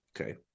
Okay